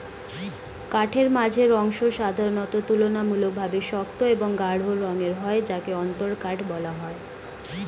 কাঠের মাঝের অংশ সাধারণত তুলনামূলকভাবে শক্ত ও গাঢ় রঙের হয় যাকে অন্তরকাঠ বলা হয়